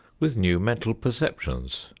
with new mental conceptions,